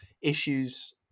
issues